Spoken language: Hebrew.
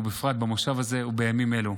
ובפרט במושב הזה ובימים אלו.